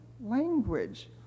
language